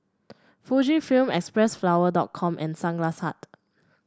Fujifilm Xpressflower dot com and Sunglass Hut